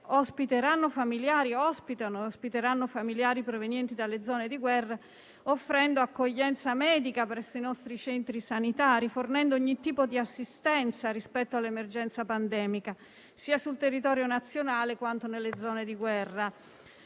ospiteranno familiari provenienti dalle zone di guerra, offrendo accoglienza medica presso i nostri centri sanitari, fornendo ogni tipo di assistenza rispetto all'emergenza pandemica, sia sul territorio nazionale, sia nelle zone di guerra.